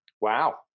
Wow